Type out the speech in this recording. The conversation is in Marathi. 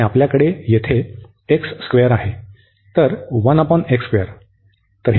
आणि आपल्याकडे येथे आहे तर